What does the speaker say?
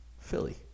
Philly